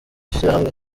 shyirahamwe